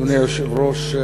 אדוני היושב-ראש,